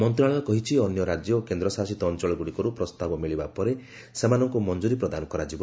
ମନ୍ତ୍ରଶାଳୟ କହିଛି ଅନ୍ୟ ରାଜ୍ୟ ଓ କେନ୍ଦ୍ରଶାସିତ ଅଞ୍ଚଳଗୁଡ଼ିକରୁ ପ୍ରସ୍ତାବ ମିଳିବା ପରେ ସେମାନଙ୍କୁ ମଞ୍ଜୁରୀ ପ୍ରଦାନ କରାଯିବ